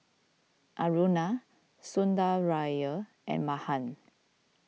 Aruna Sundaraiah and Mahan